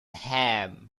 ham